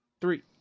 Three